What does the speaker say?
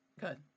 good